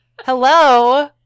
Hello